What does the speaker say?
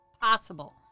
possible